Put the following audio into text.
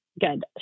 good